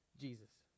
Jesus